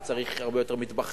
כי צריך הרבה יותר מטבחים.